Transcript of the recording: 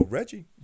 Reggie